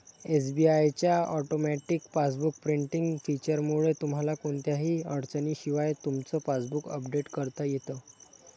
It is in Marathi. एस.बी.आय च्या ऑटोमॅटिक पासबुक प्रिंटिंग फीचरमुळे तुम्हाला कोणत्याही अडचणीशिवाय तुमचं पासबुक अपडेट करता येतं